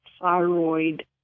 thyroid